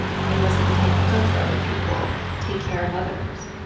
say he wasn't the type to cook for other people, take care of others.